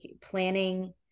planning